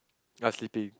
not sleeping